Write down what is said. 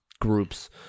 groups